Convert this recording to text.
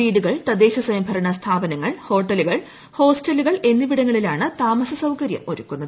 വീടുകൾ തദ്ദേശസ്വയം ഭരണ സ്ഥാപനങ്ങൾഹോട്ടലുകൾ ഹോസ്റ്റലുകൾ എന്നിവിടങ്ങളിലാണ് താമസ സൌകര്യം ഒരുക്കുന്നത്